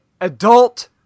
adult